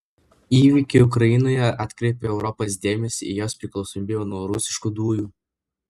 įvykiai ukrainoje atkreipė europos dėmesį į jos priklausomybę nuo rusiškų dujų